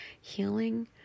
healing